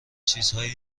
چیزهایی